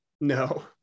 No